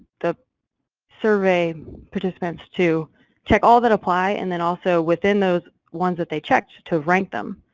the survey participants to check all that apply. and then also within those ones that they checked to rank them,